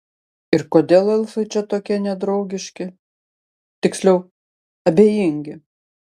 ir kodėl elfai čia tokie nedraugiški tiksliau abejingi